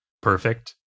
perfect